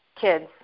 kids